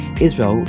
Israel